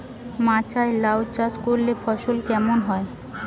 মাচায় লাউ চাষ করলে ফলন কেমন?